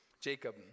Jacob